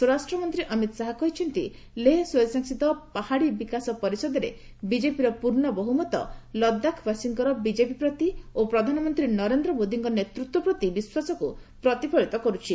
ସ୍ୱରାଷ୍ଟ୍ରମନ୍ତ୍ରୀ ଅମିତ୍ ଶାହ କହିଛନ୍ତି ଲେହ ସ୍ନୟଂଶାସିତ ପାହାଡି ବିକାଶ ପରିଷଦରେ ବିଜେପିର ପୂର୍ଣ୍ଣ ବହୁମତ ଲଦାଖବାସୀଙ୍କର ବିଜେପି ପ୍ରତି ଓ ପ୍ରଧାନମନ୍ତ୍ରୀ ନରେନ୍ଦ୍ର ମୋଦୀଙ୍କ ନେତୃତ୍ୱ ପ୍ରତି ବିଶ୍ୱାସକୁ ପ୍ରତିଫଳିତ କରୁଛି